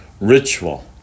Ritual